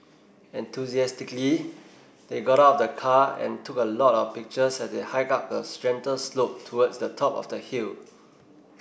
enthusiastically they got out of the car and took a lot of pictures as they hiked up a slope towards the top of the hill